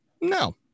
No